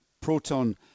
Proton